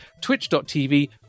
twitch.tv